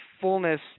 fullness